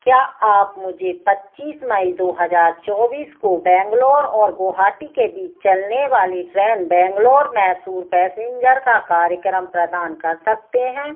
क्या आप मुझे पच्चीस मई दो हज़ार चौबीस को बैंगलोर और गुवाहाटी के बीच चलने वाली ट्रेन बैंगलोर मैसूर पैसेन्जर का कार्यक्रम प्रदान कर सकते हैं